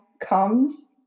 comes